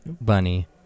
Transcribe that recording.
bunny